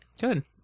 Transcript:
Good